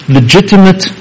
legitimate